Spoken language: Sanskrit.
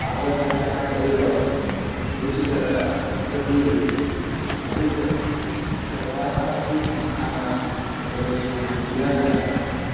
आङ्गलभाषायामेव रुचिकरा प्रतीयते अपि च सर्वासामपि संस्थानां सर्वेषां विद्यालयानां